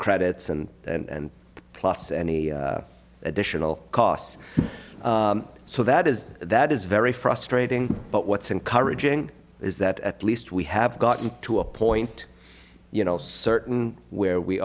credits and and plus any additional costs so that is that is very frustrating but what's encouraging is that at least we have gotten to a point you know certain where we